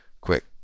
quick